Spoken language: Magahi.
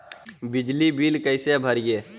बिजली बिल कैसे भरिए?